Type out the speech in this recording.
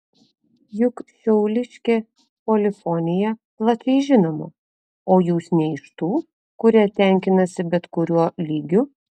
juk šiauliškė polifonija plačiai žinoma o jūs ne iš tų kurie tenkinasi bet kuriuo lygiu